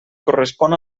correspon